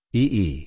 ee